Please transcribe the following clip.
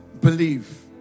believe